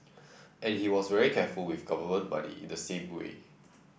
and he was very careful with government money in the same way